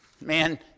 Man